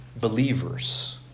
believers